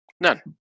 None